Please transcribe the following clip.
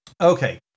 Okay